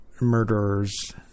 murderers